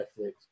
Netflix